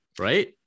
right